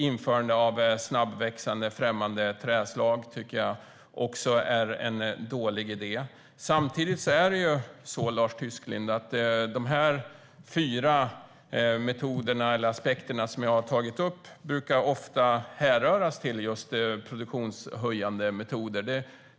Införande av snabbväxande främmande träslag tycker jag också är en dålig idé. Samtidigt är det så, Lars Tysklind, att de här fyra metoderna eller aspekterna som jag har tagit upp ofta brukar härledas till just produktionshöjande metoder.